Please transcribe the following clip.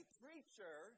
preacher